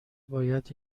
باید